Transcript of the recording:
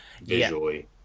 visually